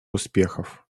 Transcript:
успехов